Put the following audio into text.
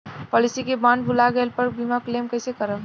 Policy के bond भुला गैला पर बीमा क्लेम कईसे करम?